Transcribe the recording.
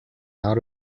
out